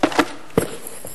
הדובר האחרון.